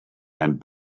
and